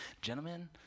Gentlemen